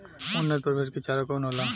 उन्नत प्रभेद के चारा कौन होला?